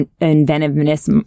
inventiveness